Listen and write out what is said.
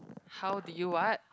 how did you what